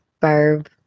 verb